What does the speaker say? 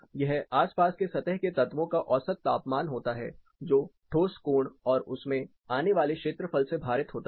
यह आसपास के सतह के तत्वों का औसत तापमान होता है जो ठोस कोण और उसमें आने वाले क्षेत्रफल से भारित होता है